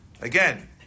again